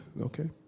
Okay